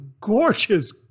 gorgeous